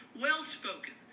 well-spoken